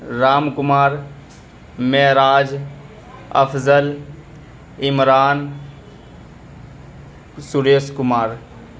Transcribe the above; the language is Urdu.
رام کمار معراج افضل عمران سریس کمار